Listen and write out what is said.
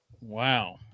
Wow